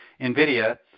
Nvidia